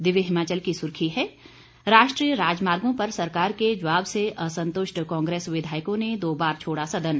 दिव्य हिमाचल की सुर्खी है राष्ट्रीय राजमार्गो पर सरकार के जवाब से असंतुष्ट कांग्रेस विधायकों ने दो बार छोड़ा सदन